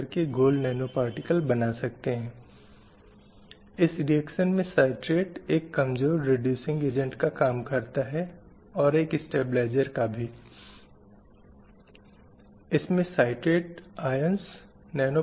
प्रारंभिक वैदिक काल परवर्ती वैदिक काल मध्यकाल और बाद में हम हैं ब्रिटिश भारत और वे बाद में हैं स्वतंत्र भारत